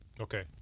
Okay